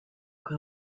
уку